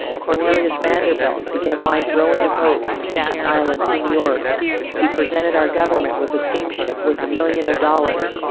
cornelius vanderbilt began life rowing a boat from staten island to new york he presented our government with a steamship worth a million of dollars,